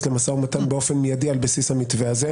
למשא ומתן באופן מיידי על בסיס המתווה הזה.